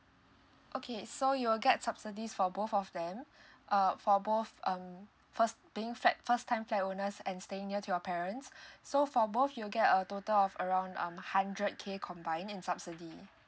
okay so you'll get subsidies for both of them uh for both um first being flat first time flat owners and staying near to your parents so for both you'll get a total of around um hundred K combine in subsidy